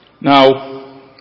Now